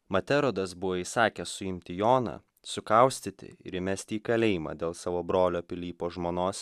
mat erodas buvo įsakęs suimti joną sukaustyti ir įmesti į kalėjimą dėl savo brolio pilypo žmonos